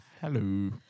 Hello